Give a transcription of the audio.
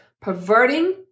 perverting